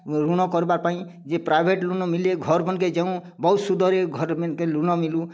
ମୋର ଋଣ କରବାପାଇଁ ଯେ ପ୍ରାଇଭେଟ୍ ଋଣ ମିଳେ ଘରମାନଙ୍କେ ଯେଉଁ ବହୁତ ସୁଧରେ ଘରମାନଙ୍କେ ଋଣ ମିଳୁ